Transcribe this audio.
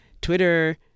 Twitter